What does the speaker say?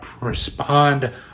respond